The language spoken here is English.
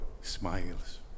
smiles